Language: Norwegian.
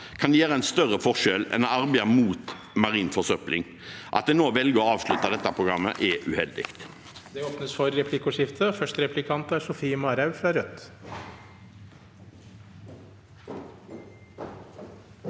kan gjøre en større forskjell enn i arbeidet mot marin forsøpling. At en nå velger å avslutte dette programmet, er uheldig.